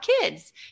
kids